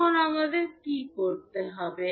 এখন আমাদের কী করতে হবে